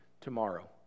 tomorrow